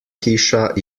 hiša